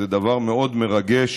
זה דבר מאוד מרגש